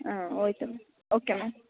ಹಾಂ okay ma'am